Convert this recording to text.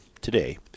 today